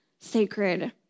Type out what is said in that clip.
sacred